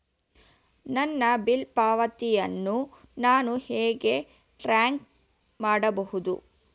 ನನ್ನ ಬಿಲ್ ಪಾವತಿಯನ್ನು ನಾನು ಹೇಗೆ ಟ್ರ್ಯಾಕ್ ಮಾಡಬಹುದು?